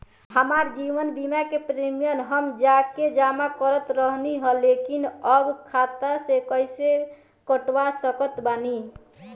हमार जीवन बीमा के प्रीमीयम हम जा के जमा करत रहनी ह लेकिन अब खाता से कइसे कटवा सकत बानी?